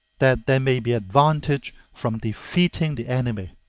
that there may be advantage from defeating the enemy,